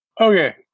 okay